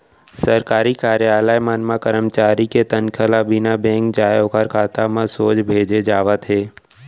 सरकारी कारयालय मन म करमचारी के तनखा ल बिना बेंक जाए ओखर खाता म सोझ भेजे जावत हे